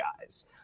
guys